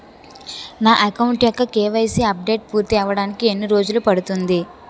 నా అకౌంట్ యెక్క KYC updation పూర్తి అవ్వడానికి ఎన్ని రోజులు పడుతుంది?